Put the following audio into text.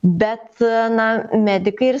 bet na medikai ir